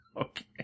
Okay